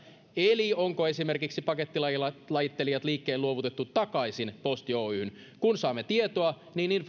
eli onko esimerkiksi pakettilajittelijat liikkeen luovutettu takaisin posti oyhyn kun saamme tietoa niin informoimme